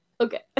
Okay